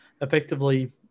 effectively